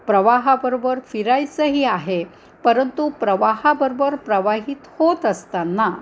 प्रवाहाबरोबर फिरायचंही आहे परंतु प्रवाहाबरोबर प्रवाहित होत असताना